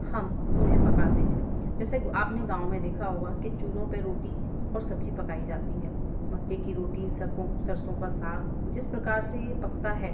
हम उन्हें पकाते हैं जैसे आपने गाँव में देखा होगा कि चूल्हों पर रोटी और सब्ज़ी पकाई जाती है मक्के की रोटी सरसों का साग जिस प्रकार से यह पकता है